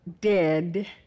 dead